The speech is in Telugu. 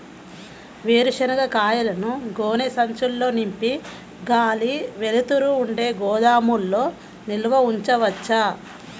వేరుశనగ కాయలను గోనె సంచుల్లో నింపి గాలి, వెలుతురు ఉండే గోదాముల్లో నిల్వ ఉంచవచ్చా?